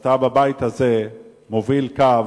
אתה בבית הזה מוביל קו